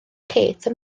kate